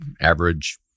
average